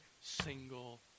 single